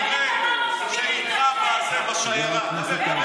החבר'ה שאיתך בשיירה.